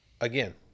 again